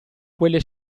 quelle